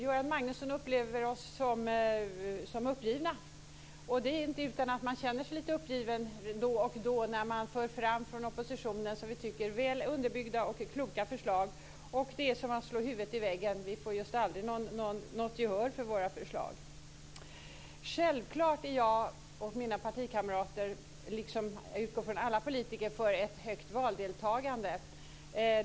Göran Magnusson upplever oss som uppgivna, och det är inte utan att man känner sig lite uppgiven då och då när man för fram från oppositionen som vi tycker väl underbyggda och kloka förslag, och det är som att slå huvudet i väggen. Vi får just aldrig något gehör för våra förslag. Självklart är jag och mina partikamrater liksom, utgår jag ifrån, alla politiker för ett högt valdeltagande.